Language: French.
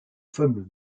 fameux